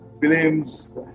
films